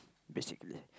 basically